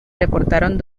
reportaron